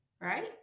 Right